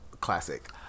Classic